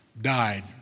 died